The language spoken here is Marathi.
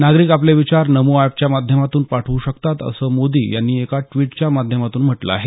नागरीक आपले विचार नमो एपच्या माध्यमातून पाठवू शकतात असं मोदी यांनी एका ट्वीटच्या माध्यमातून म्हटल आहे